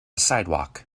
sidewalk